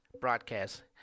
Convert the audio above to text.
broadcast